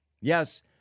Yes